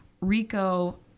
Rico